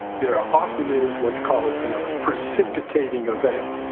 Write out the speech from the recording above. there often is what's called and a precipitating event.